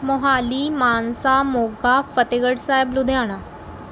Mohali Mansa Moga Fatehgarh Sahib Ludhiana